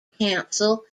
council